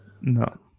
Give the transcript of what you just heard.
No